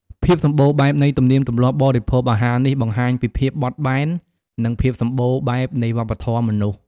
ភាពសម្បូរបែបនៃទំនៀមទម្លាប់បរិភោគអាហារនេះបង្ហាញពីភាពបត់បែន និងភាពសម្បូរបែបនៃវប្បធម៌មនុស្ស។